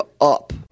up